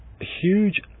huge